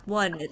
one